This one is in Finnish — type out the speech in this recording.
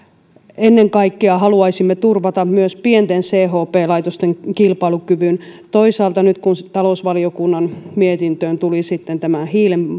ennen kaikkea haluaisimme turvata myös pienten chp laitosten kilpailukyvyn toisaalta nyt kun talousvaliokunnan mietintöön tuli tämä hiilen